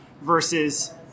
versus